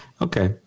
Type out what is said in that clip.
Okay